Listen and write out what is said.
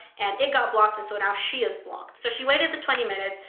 and it got blocked, and so now she is blocked. so she waited the twenty minutes,